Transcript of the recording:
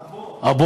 הבור.